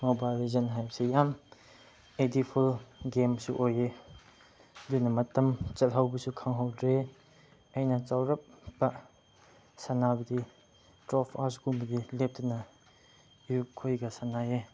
mobile ꯂꯦꯖꯦꯟ ꯍꯥꯏꯕꯁꯦ ꯌꯥꯝ ꯑꯦꯗꯤꯛ ꯐꯨꯜ ꯒꯦꯝꯁꯨ ꯑꯣꯏꯌꯦ ꯑꯗꯨꯅ ꯃꯇꯝ ꯆꯠꯍꯧꯕꯁꯨ ꯈꯪꯍꯧꯗ꯭ꯔꯦ ꯑꯩꯅ ꯆꯧꯔꯥꯛꯄ ꯁꯥꯟꯅꯕꯗꯤ ꯑꯥꯔꯠ ꯂꯦꯞꯇꯅ ꯏꯔꯨꯞꯈꯣꯏꯒ ꯁꯥꯟꯅꯩ